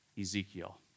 Ezekiel